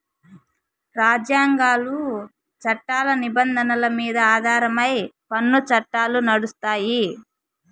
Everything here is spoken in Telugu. రాజ్యాంగాలు, చట్టాల నిబంధనల మీద ఆధారమై పన్ను చట్టాలు నడుస్తాయి